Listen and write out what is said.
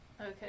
Okay